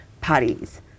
patties